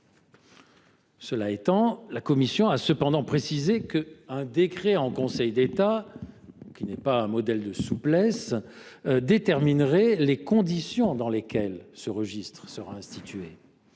Cela étant, la commission a cependant précisé qu’un décret en Conseil d’État, qui n’est pas un modèle de souplesse, déterminerait les conditions dans lesquelles ce registre sera institué.